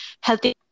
healthy